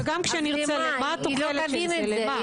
וגם כשנרצה, מה התוחלת של זה?